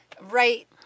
right